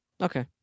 Okay